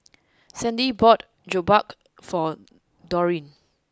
Sandi bought Jokbal for Dollie